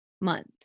month